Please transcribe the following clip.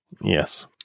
Yes